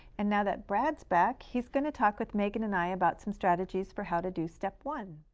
and now that brad's back, he's going to talk with megan and i about some strategies for how to do step one.